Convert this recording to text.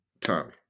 Tommy